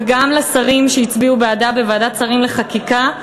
וגם לשרים שהצביעו בעדה בוועדת השרים לחקיקה.